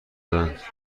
دادند